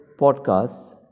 podcasts